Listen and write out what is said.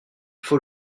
faut